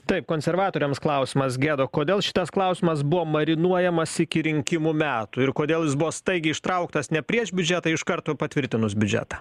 taip konservatoriams klausimas gedo kodėl šitas klausimas buvo marinuojamas iki rinkimų metų ir kodėl jis buvo staigiai ištrauktas ne prieš biudžetą iš karto patvirtinus biudžetą